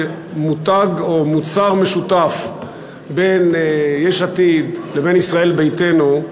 מותג או מוצר משותף ליש עתיד וישראל ביתנו,